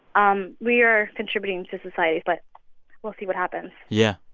um we are contributing to society. but we'll see what happens yeah.